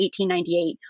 1898